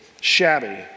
shabby